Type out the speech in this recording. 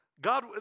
God